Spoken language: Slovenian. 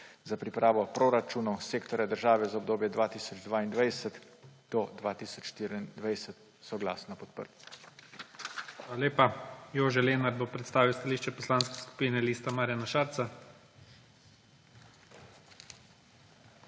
za pripravo proračunov sektorja država za obdobje od 2022 do 2024 soglasno podprli.